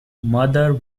mother